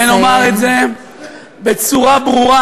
ונאמר את זה בצורה ברורה: